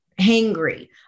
hangry